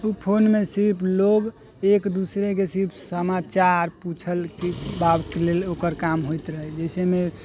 ओ फोनमे सिर्फ लोक एक दोसराके सिर्फ समाचार पुछलकै ई बातलए ओकर काम होइत रहै जइसेमे